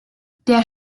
der